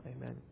Amen